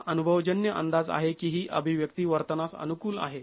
हा अनुभवजन्य अंदाज आहे की ही अभिव्यक्ती वर्तनास अनुकूल आहे